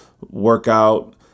workout